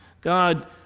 God